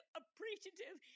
appreciative